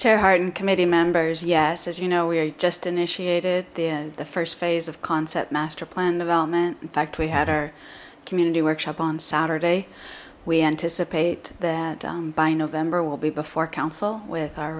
chair harden committee members yes as you know we are just initiated the the first phase of concept master plan development in fact we had our community workshop on saturday we anticipate that by november will be before council with our